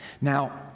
Now